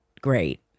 great